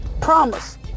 promise